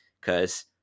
Cause